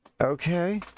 Okay